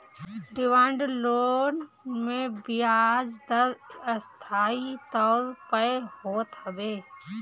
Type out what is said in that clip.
demand loan मे बियाज दर अस्थाई तौर पअ होत हवे